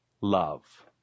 love